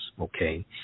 okay